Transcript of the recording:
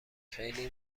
خیلی